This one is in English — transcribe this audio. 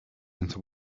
into